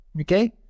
Okay